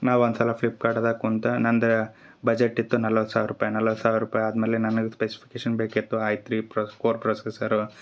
ನಾ ಒಂದು ಸಲ ಫ್ಲಿಪ್ಕಾರ್ಟ್ದಾಗ ಕುಂತ ನಂದ ಬಜೆಟ್ ಇತ್ತು ನಲವತ್ತು ಸಾವಿರ ರೂಪಾಯಿ ನಲವತ್ತು ಸಾವಿರ ರೂಪಾಯಿ ಆದ್ಮೇಲೆ ನನಗೆ ಸ್ಪೆಸಿಫಿಕೇಷನ್ ಬೇಕಿತ್ತು ಆಯ್ತು ರೀ ಪ್ರಸ್ ಕೋರ್ ಪ್ರೊಸೆಸ್ಸರ